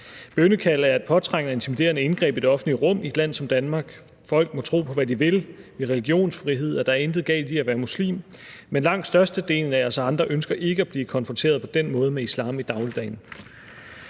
Bønnekald er et påtrængende og intimiderende indgreb i det offentlige rum i et land som Danmark. Folk må tro på, hvad de vil; vi har religionsfrihed, og der er intet galt i at være muslim. Men langt størstedelen af os andre ønsker ikke at blive konfronteret på den måde med islam i dagligdagen.